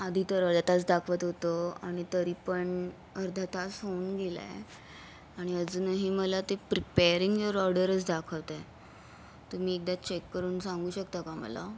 आधी तर तास दाखवत होतं आणि तरी पण अर्धा तास होऊन गेला आहे आणि अजूनही मला ते प्रिप्पेरिंग युअर ऑर्डरच दाखवत आहे तुम्ही एकदा चेक करून सांगू शकता का मला